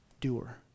doer